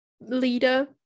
leader